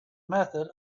method